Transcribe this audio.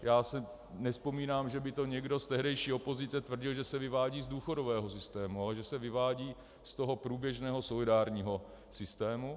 Já si nevzpomínám, že by to někdo z tehdejší opozice tvrdil, že se vyvádí z důchodového systému, ale že se vyvádí z toho průběžného solidárního systému.